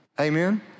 Amen